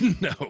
No